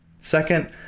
Second